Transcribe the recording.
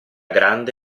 grande